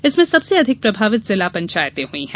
इसमें सबसे अधिक प्रभावित जिला पंचायतें हुई हैं